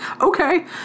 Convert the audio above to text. okay